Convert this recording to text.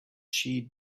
she